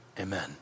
amen